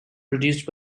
produced